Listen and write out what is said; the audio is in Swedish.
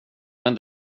men